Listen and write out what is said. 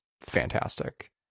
fantastic